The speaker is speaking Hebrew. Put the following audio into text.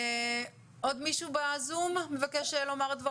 עוד מישהו בזום מבקש לומר את דברו?